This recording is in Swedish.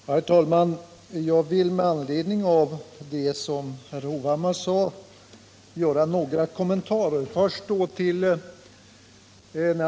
Herr talman! Jag vill göra några kommentarer med anledning av det som Erik Hovhammar sade.